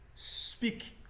Speak